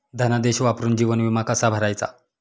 धनादेश वापरून जीवन विमा कसा भरायचा?